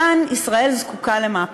כאן ישראל זקוקה למהפכה,